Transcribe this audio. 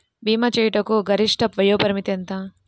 భీమా చేయుటకు గరిష్ట వయోపరిమితి ఎంత?